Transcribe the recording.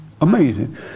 Amazing